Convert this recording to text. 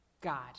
God